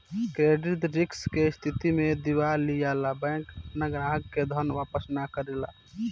credit risk के स्थिति में दिवालिया बैंक आपना ग्राहक के धन वापस ना करेला